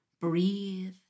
Breathe